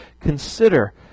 consider